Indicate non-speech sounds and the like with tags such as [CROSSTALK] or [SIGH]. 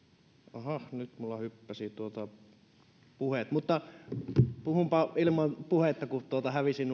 aha nyt minulla hyppäsivät puheet mutta puhunpa ilman puhetta kun ne hävisivät [UNINTELLIGIBLE]